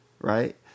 right